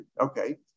Okay